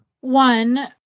one